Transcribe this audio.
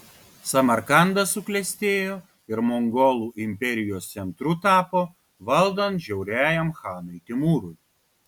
samarkandas suklestėjo ir mongolų imperijos centru tapo valdant žiauriajam chanui timūrui